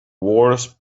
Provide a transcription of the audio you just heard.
wars